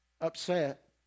upset